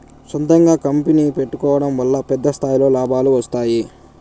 సొంతంగా కంపెనీ పెట్టుకోడం వల్ల పెద్ద స్థాయిలో లాభాలు వస్తాయి